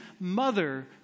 mother